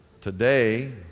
Today